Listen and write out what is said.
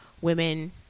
women